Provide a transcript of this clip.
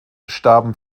starben